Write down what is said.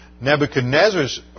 Nebuchadnezzar's